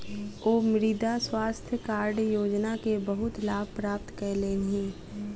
ओ मृदा स्वास्थ्य कार्ड योजना के बहुत लाभ प्राप्त कयलह्नि